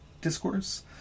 discourse